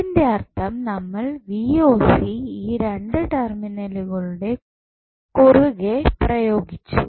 അതിന്റെ അർത്ഥം നമ്മൾ ഈ രണ്ടു ടെർമിനലുകളുടെ കുറുകെ പ്രയോഗിച്ചു